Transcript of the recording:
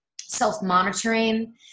self-monitoring